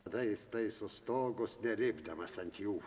tada jis taiso stogus nelipdamas ant jų